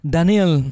Daniel